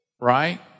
right